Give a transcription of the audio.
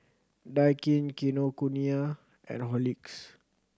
Daikin Kinokuniya and Horlicks